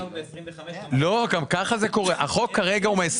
ההוראה הזאת מקלה ביחס